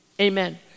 Amen